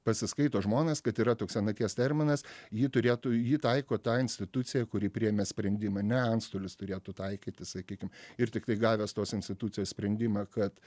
pasiskaito žmonės kad yra toks senaties terminas ji turėtų jį taiko tą institucija kuri priėmė sprendimą ne antstolis turėtų taikyti sakykim ir tiktai gavęs tos institucijos sprendimą kad